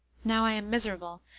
now i am miserable,